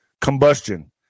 combustion